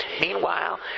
Meanwhile